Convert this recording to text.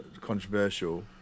controversial